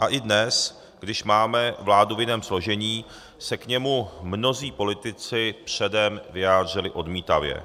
A i dnes, když máme vládu v jiném složení, se k němu mnozí politici předem vyjádřili odmítavě.